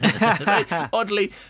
oddly